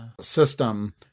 system